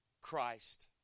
Christ